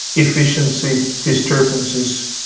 efficiency, disturbances,